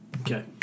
Okay